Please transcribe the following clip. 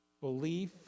belief